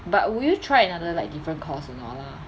but will you try another like different course or not ah